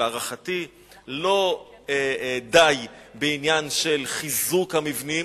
שלהערכתי לא די בעניין של חיזוק המבנים,